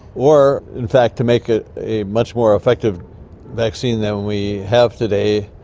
or in fact to make ah a much more effective vaccine than we have today.